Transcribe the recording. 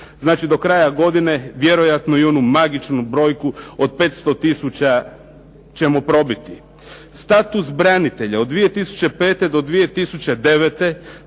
Znači, do kraja godine vjerojatno i onu magičnu brojku od 500000 ćemo probiti. Status branitelja od 2005. do 2009.